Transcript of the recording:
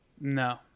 No